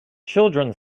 children